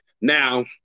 Now